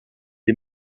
est